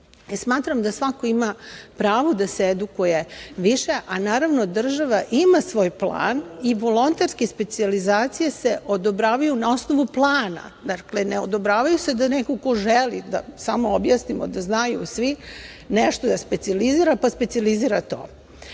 smatram da svako ima pravo da se edukuje više, a naravno država ima svoj plan. Volonterske specijalizacije se odobravaju na osnovu plana, dakle ne odobravaju se da neko ko želi, samo da objasnimo da znaju svi, nešto da specijalizira, pa specijalizira to.